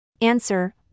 Answer